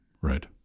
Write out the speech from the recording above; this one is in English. Right